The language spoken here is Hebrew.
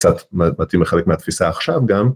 ‫קצת מתאים לחלק מהתפיסה עכשיו גם.